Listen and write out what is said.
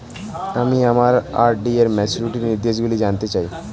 আমি আমার আর.ডি র ম্যাচুরিটি নির্দেশগুলি জানতে চাই